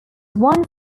one